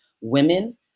women